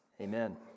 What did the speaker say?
amen